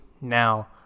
now